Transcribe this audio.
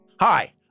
Hi